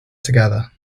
together